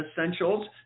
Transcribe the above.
essentials